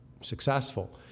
successful